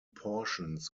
portions